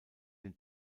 den